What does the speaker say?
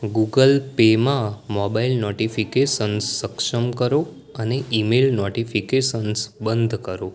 Google પેમાં mobile notifications સક્ષમ કરો અને ઈમેઈલ નોટીફીકેસન્સ બંધ કરો